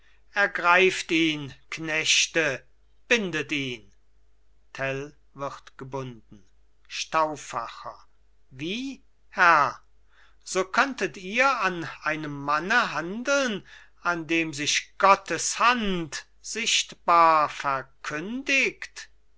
ergreift ihn knechte bindet ihn tell wird gebunden stauffacher wie herr so könntet ihr an einem manne handeln an dem sich gottes hand sichtbar verkündigt